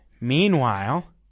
Meanwhile